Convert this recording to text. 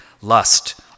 lust